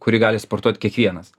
kurį gali sportuot kiekvienas